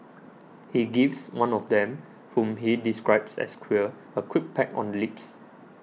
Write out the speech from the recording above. he gives one of them whom he describes as queer a quick peck on lips